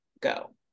go